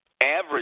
average